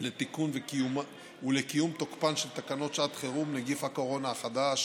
לתיקון ולקיום תוקפן של תקנות שעת חירום (נגיף הקורונה החדש,